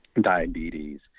diabetes